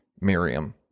Miriam